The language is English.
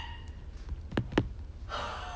好 okay bye bye